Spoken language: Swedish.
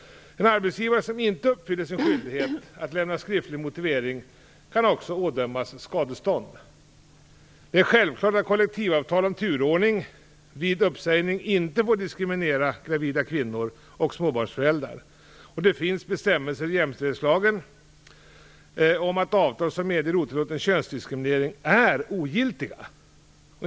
En arbetsgivare som inte uppfyller sin skyldighet att lämna skriftlig motivering kan ådömas skadestånd. Det är självklart att kollektivavtal om turordning vid uppsägning inte får diskriminera gravida kvinnor och småbarnsföräldrar. Det finns bestämmelser i jämställdhetslagen om att avtal som medger otillåten könsdiskriminering är ogiltiga.